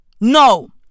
No